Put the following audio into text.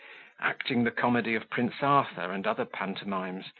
acting the comedy of prince arthur, and other pantomimes,